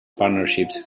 partnerships